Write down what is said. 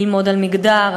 ללמוד על מגדר,